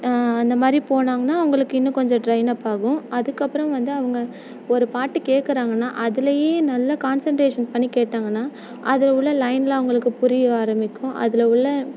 இந்த மாதிரி போனாங்ன்னா அவங்களுக்கு இன்னும் கொஞ்சம் ட்ரெயின் அப் ஆகும் அதுக்கு அப்புறோ வந்து அவங்க ஒரு பாட்டு கேட்குறாங்கன்னா அதுலேயே நல்ல கான்சன்ட்ரேஷன் பண்ணி கேட்டாங்ன்னா அதில் உள்ளே லைன்லாம் அவங்களுக்கு புரிய ஆரமிக்கும் அதில் உள்ள